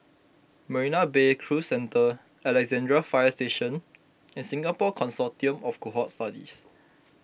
Marina Bay Cruise Centre Alexandra Fire Station and Singapore Consortium of Cohort Studies